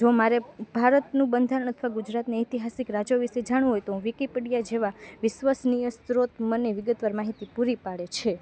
જો મારે ભારતનું બંધારણ અથવા ગુજરાત ને ઐતિહાસિક રાજ્યો વિષે જાણવું હોય તો હું વિકીપીડિયા જેવા વિશ્વનીય સ્ત્રોત મને વિગતવાર માહિતી પૂરી પાડે છે